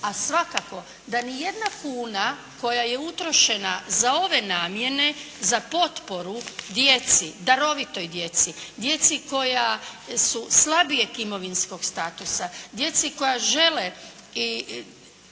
a svakako da ni jedna kuna koja je utrošena za ove namjene za potporu djeci, darovitoj djeci, djeci koja su slabijeg imovinskog statusa, djeci koja žele